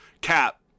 Cap